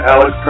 Alex